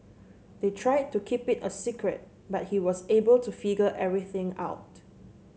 they tried to keep it a secret but he was able to figure everything out